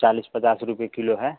चालीस पचास रुपये किलो है